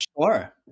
Sure